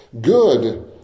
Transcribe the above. Good